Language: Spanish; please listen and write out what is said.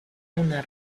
una